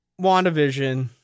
WandaVision